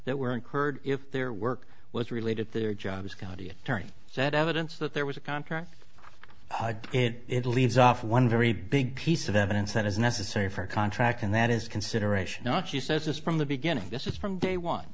that were incurred if their work was related to their jobs county attorney said evidence that there was a contract it leaves off one very big piece of evidence that is necessary for a contract and that is consideration not she says this from the beginning this is from day one